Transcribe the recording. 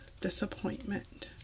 disappointment